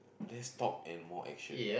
less talk and more action